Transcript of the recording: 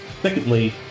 Secondly